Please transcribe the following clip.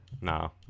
No